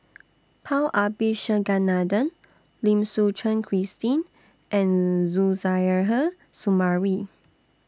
Paul Abisheganaden Lim Suchen Christine and Suzairhe Sumari